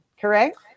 correct